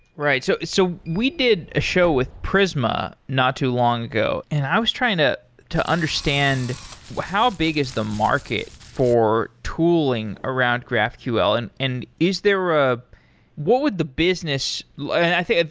right. so so we did a show with prisma not too long ago, and i was trying to to understand how big is the market for tooling around graphql, and and is there ah what would the business like and i mean,